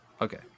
Okay